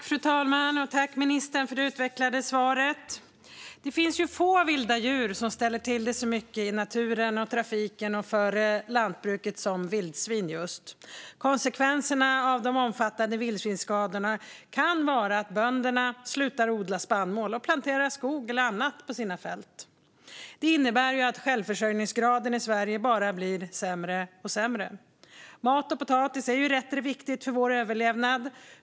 Fru talman! Tack, ministern, för det utvecklade svaret! Det finns få vilda djur som ställer till det så mycket i naturen och trafiken och för lantbruket som just vildsvin. Konsekvensen av de omfattande vildsvinsskadorna kan vara att bönderna slutar odla spannmål och planterar skog eller annat på sina fält. Det innebär att självförsörjningsgraden i Sverige bara blir sämre och sämre. Mat och potatis är rätt viktigt för vår överlevnad.